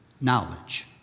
knowledge